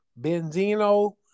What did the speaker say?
Benzino